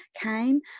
came